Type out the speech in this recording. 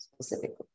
specifically